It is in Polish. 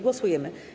Głosujemy.